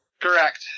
Correct